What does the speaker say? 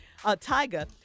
Tyga